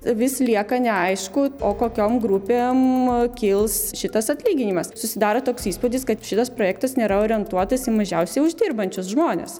vis lieka neaišku o kokiom grupėm kils šitas atlyginimas susidaro toks įspūdis kad šitas projektas nėra orientuotas į mažiausiai uždirbančius žmones